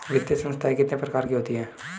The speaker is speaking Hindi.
वित्तीय संस्थाएं कितने प्रकार की होती हैं?